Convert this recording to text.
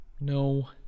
No